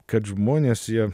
kad žmonės jie